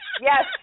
Yes